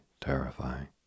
terrifying